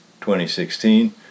2016